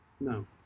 No